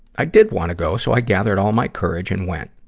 i did wanna go, so i gathered all my courage and went.